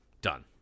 Done